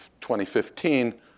2015